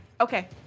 Okay